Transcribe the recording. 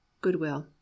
goodwill